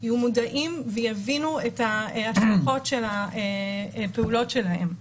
יהיו מודעים ויבינו את ההשלכות של הפעולות שלהם.